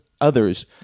others